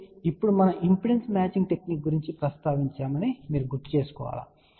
ఇప్పుడు మనము impedance matching technique గురించి ప్రస్తావించామని మీరు గుర్తు చేసుకోవాలి సరే